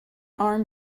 arm